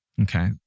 Okay